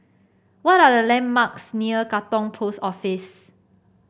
what are the landmarks near Katong Post Office